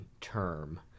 term